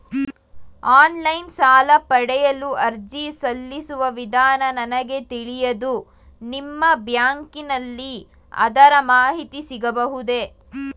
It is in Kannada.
ಆನ್ಲೈನ್ ಸಾಲ ಪಡೆಯಲು ಅರ್ಜಿ ಸಲ್ಲಿಸುವ ವಿಧಾನ ನನಗೆ ತಿಳಿಯದು ನಿಮ್ಮ ಬ್ಯಾಂಕಿನಲ್ಲಿ ಅದರ ಮಾಹಿತಿ ಸಿಗಬಹುದೇ?